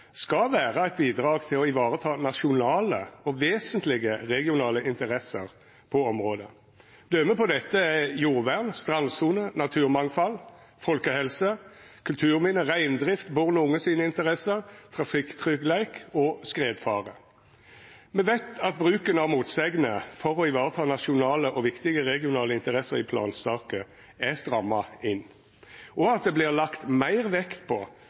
skal vera eit bidrag til å vareta nasjonale og vesentlege regionale interesser på området. Døme på dette er jordvern, strandsone, naturmangfald, folkehelse, kulturminne, reindrift, interessene til born og unge, trafikktryggleik og skredfare. Me veit at bruken av motsegner for å vareta nasjonale og viktige regionale interesser i plansaker er stramma inn, og at det vert lagt meir vekt på